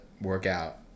workout